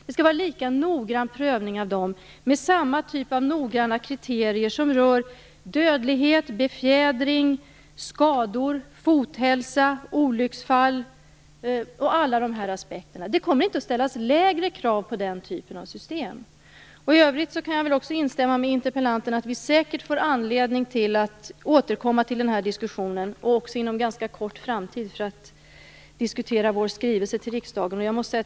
Det skall vara en lika noggrann prövning av dem, med samma typ av noggranna kriterier som rör dödlighet, befjädring, skador, fothälsa, olycksfall och alla de aspekterna. Det kommer inte att ställas lägre krav på den typen av system. I övrigt kan jag instämma med interpellanten i att vi säkert får anledning att återkomma till den här diskussionen, inom en snar framtid, för att diskutera vår skrivelse till riksdagen.